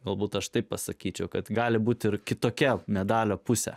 galbūt aš taip pasakyčiau kad gali būti ir kitokia medalio pusę